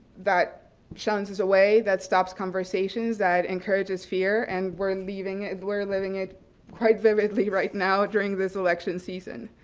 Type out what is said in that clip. that shuns us away, that stops conversations, that encourages fear, and we're leaving it we're living at quite vividly right now during this election season.